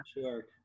sure